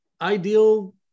ideal